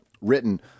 written